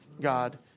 God